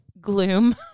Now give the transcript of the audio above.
gloom